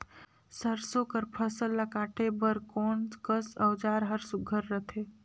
सरसो कर फसल ला काटे बर कोन कस औजार हर सुघ्घर रथे?